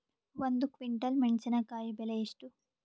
ಒಂದು ಕ್ವಿಂಟಾಲ್ ಮೆಣಸಿನಕಾಯಿ ಬೆಲೆ ಎಷ್ಟು?